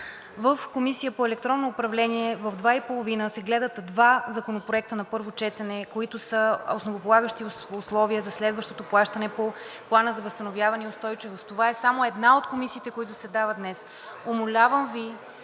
В Комисията по електронно управление от 14,30 ч. се гледат два законопроекта на първо четене, които са основополагащо условие за следващото плащане по Плана за възстановяване и устойчивост. Това е само една от комисиите, които заседават днес.